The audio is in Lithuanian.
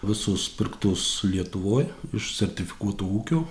visos pirktos lietuvoj iš sertifikuotų ūkių